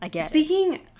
speaking